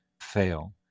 fail